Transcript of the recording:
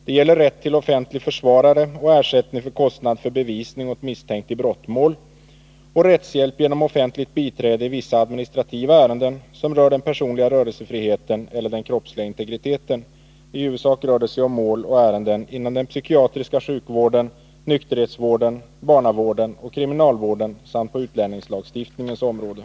Det gäller rätt till offentlig försvarare och ersättning för kostnad för bevisning åt misstänkt i brottmål samt rättshjälp genom offentligt biträde i vissa administrativa ärenden, som rör den personliga rörelsefriheten eller den kroppsliga integriteten. I huvudsak rör det sig om mål och ärenden inom den psykiatriska sjukvården, nykterhetsvården, barnavården och kriminalvården samt på utlänningslagstiftningens område.